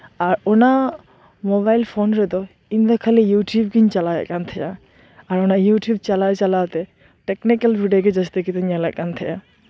ᱟᱨ ᱚᱱᱟ mobile phone ᱨᱮᱫᱚ ᱤᱧ ᱫᱚ ᱠᱷᱟᱞᱤ ᱤᱭᱩᱴᱩᱵᱽ ᱜᱤᱧ ᱪᱟᱞᱟᱣᱭᱮᱫ ᱠᱟᱱ ᱛᱟᱦᱮᱸᱱᱟ ᱟᱨ ᱚᱱᱟ ᱤᱭᱩᱴᱩᱵᱽ ᱪᱟᱞᱟᱣ ᱪᱟᱞᱟᱣᱛᱮ ᱴᱮᱠᱱᱤᱠᱮᱞ ᱵᱷᱤᱰᱭᱳ ᱜᱮ ᱡᱟᱹᱥᱛᱤ ᱠᱤᱪᱷᱩᱧ ᱧᱮᱞ ᱮᱫ ᱠᱟᱱ ᱛᱟᱦᱮᱸᱫᱼᱟ